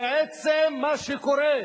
בעצם מה שקורה,